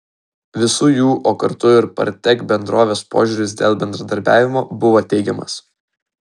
visų jų o kartu ir partek bendrovės požiūris dėl bendradarbiavimo buvo teigiamas